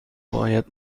باید